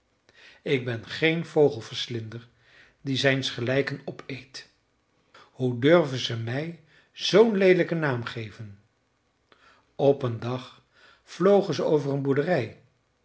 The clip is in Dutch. ik ben geen vogelverslinder die zijnsgelijken opeet hoe durven ze mij zoo'n leelijken naam geven op een dag vlogen ze over een boerderij